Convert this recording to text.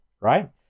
right